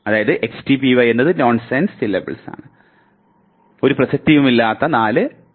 എന്തെന്നാൽ X T P Y എന്നത് പ്രസക്തിയില്ലാത്ത വെറും നാലക്ഷരങ്ങളാകുന്നു